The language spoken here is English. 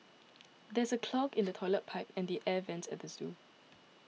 there is a clog in the Toilet Pipe and the Air Vents at the zoo